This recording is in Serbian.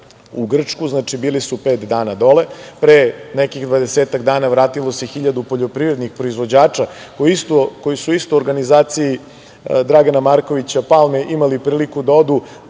u Grčku, znači bili su pet dana dole, pre nekih 20-ak dana vratilo se hiljadu poljoprivrednih proizvođača koji su isto u organizaciji Dragana Markovića Palme imali priliku da odu,